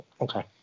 Okay